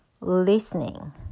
listening